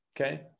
Okay